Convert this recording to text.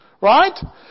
Right